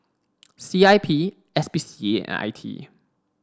C I P S P C A and I T E